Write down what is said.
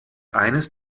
eines